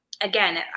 again